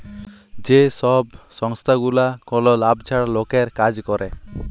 যে ছব সংস্থাগুলা কল লাভ ছাড়া লকের কাজ ক্যরে